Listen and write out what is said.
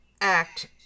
act